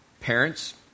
Parents